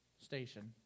station